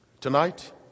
tonight